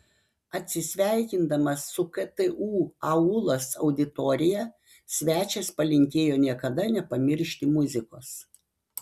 atsisveikindamas su ktu aulos auditorija svečias palinkėjo niekada nepamiršti muzikos